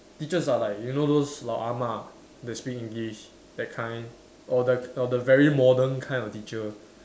teachers are like you know those 老 ah-ma that speak English that kind or the or the very modern kind of teacher